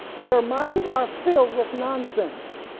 their minds are filled with nonsense.